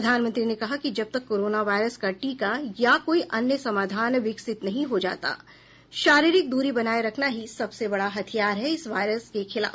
प्रधानमंत्री ने कहा कि जबतक कोरोना वायरस का टीका या कोई अन्य समाधान विकसित नहीं हो जाता शारीरिक दूरी बनाये रखना ही सबसे बडा हथियार है इस वायरस के खिलाफ